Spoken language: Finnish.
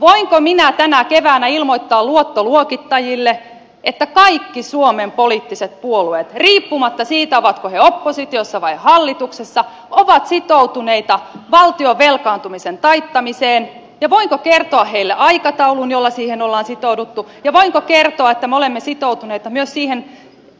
voinko minä tänä keväänä ilmoittaa luottoluokittajille että kaikki suomen poliittiset puolueet riippumatta siitä ovatko ne oppositiossa vai hallituksessa ovat sitoutuneita valtion velkaantumisen taittamiseen ja voinko kertoa heille aikataulun jolla siihen on sitouduttu ja voinko kertoa että me olemme sitoutuneet myös siihen